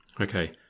Okay